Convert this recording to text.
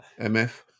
mf